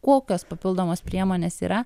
kokios papildomos priemonės yra